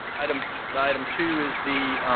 item item two is the